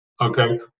okay